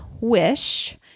wish